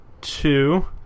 two